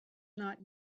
not